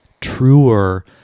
truer